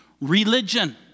religion